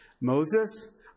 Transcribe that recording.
Moses